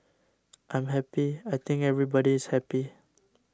I'm happy I think everybody is happy